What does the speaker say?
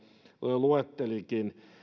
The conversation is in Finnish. luettelikin